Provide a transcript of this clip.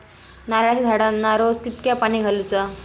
नारळाचा झाडांना रोज कितक्या पाणी घालुचा?